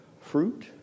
fruit